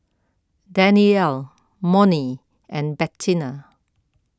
Danniel Monnie and Bettina